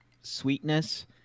sweetness